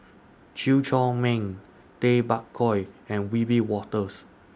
Chew Chor Meng Tay Bak Koi and Wiebe Wolters